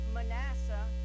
Manasseh